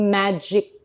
magic